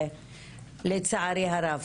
לצערי הרב,